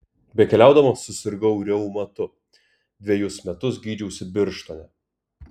bekeliaudamas susirgau reumatu dvejus metus gydžiausi birštone